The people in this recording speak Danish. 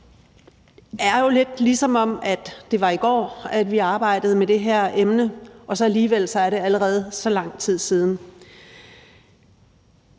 Det er jo lidt, som om det var i går, vi arbejdede med det her emne, og alligevel er det allerede så lang tid siden.